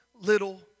little